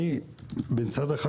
מצד אחד,